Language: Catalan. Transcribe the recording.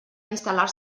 instal·lar